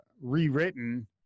rewritten